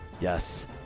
Yes